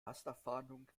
rasterfahndung